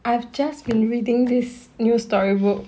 I have just been reading this new storybook